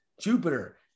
Jupiter